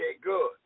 good